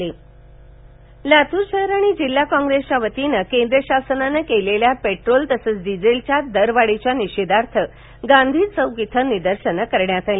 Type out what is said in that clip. आंदोलन लातूर शहर आणि जिल्हा काँग्रेसच्या वतीने केंद्र शासनाने केलेल्या पेट्रोल तसंच डीझेल दरवाढीच्या निषेधार्थ गांधी चौक येथे निदर्शने करण्यात आली